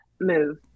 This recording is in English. move